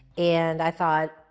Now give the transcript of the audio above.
and i thought,